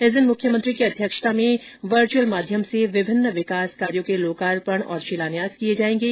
इस दिन मुख्यमंत्री की अध्यक्षता में वर्चुअल माध्यम से विभिन्न विकास कार्यों के लोकार्पण और शिलान्यास किए जाएंगे